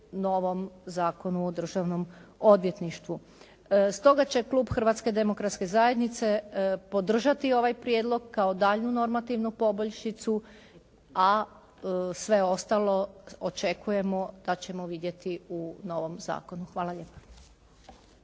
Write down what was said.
novom Zakonu o državnom odvjetništvu. Stoga će klub Hrvatske demokratske zajednice podržati ovaj prijedlog kao daljnju normativnu poboljšicu, a sve ostalo očekujemo da ćemo vidjeti u novom zakonu. Hvala lijepa.